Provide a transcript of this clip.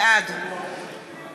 בעד